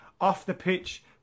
off-the-pitch